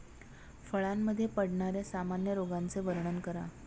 फळांमध्ये पडणाऱ्या सामान्य रोगांचे वर्णन करा